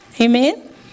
Amen